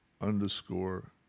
Underscore